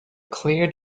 clear